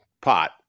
pot